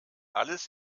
alles